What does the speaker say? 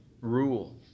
rule